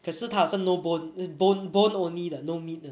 可是他好像 no bone uh bone bone only 的 no meat 的